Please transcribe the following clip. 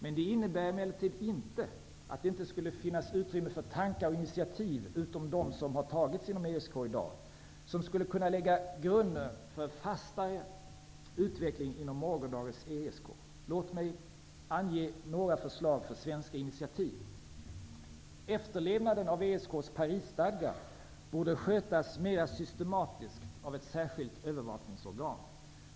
Men det innebär emellertid inte att det inte skulle finnas utrymme för tankar och initiativ, förutom dem som i dag tagits inom ESK, som skulle kunna lägga grunden för en fastare utveckling inom morgondagens ESK. Låt mig ange några förslag till svenska initiativ. Efterlevnaden av ESK:s Parisstadga borde skötas mer systematiskt av ett särskilt övervakningsorgan.